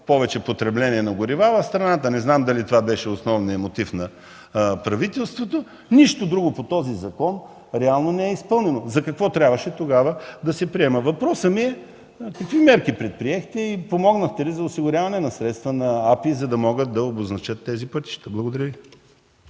по-голямо потребление на горива в страната, не знам дали това беше основният мотив на правителството, нищо друго по този закон реално не е изпълнено. Защо тогава трябваше да се приема?! Въпросът ми е: какви мерки предприехте? Помогнахте ли за осигуряване на средства на Агенция „Пътна инфраструктура”, за да могат да обозначат тези пътища? Благодаря Ви.